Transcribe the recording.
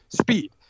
speed